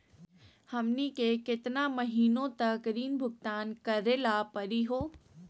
हमनी के केतना महीनों तक ऋण भुगतान करेला परही हो?